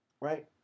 Right